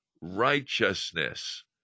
righteousness